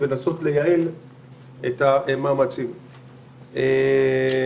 נהרגו יותר מארבעה אנשים שטבעו בנחלים,